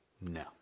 No